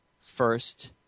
first